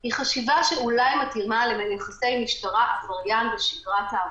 היא חשיבה שאולי מתאימה ליחסי משטרה בינה לבין עבריין בשגרת העבודה.